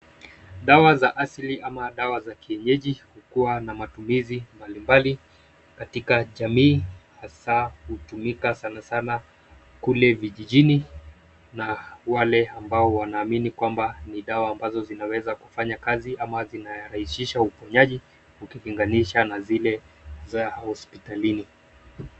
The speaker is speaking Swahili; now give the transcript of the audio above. Dawa za asili ama dawa za kienyeji hukuwa na matumizi mbalimbali katika jamii hasa hutumika sana sana kule vijijini na wale ambao wanaamini kwamba ni dawa ambazo zinaweza kufanya kazi ama zinarahisisha uponyaji ukilinganisha na zile za hospitalini.